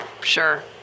sure